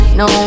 no